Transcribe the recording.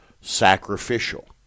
sacrificial